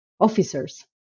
officers